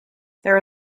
there